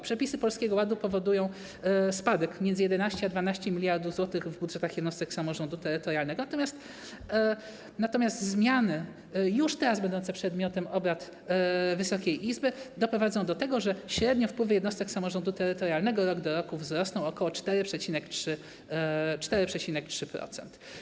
Przepisy Polskiego Ładu powodują spadek między 11 a 12 mld zł w budżetach jednostek samorządu terytorialnego, natomiast zmiany już teraz będące przedmiotem obrad Wysokiej Izby doprowadzą do tego, że średnio wpływy jednostek samorządu terytorialnego rok do roku wzrosną o ok. 4,3%.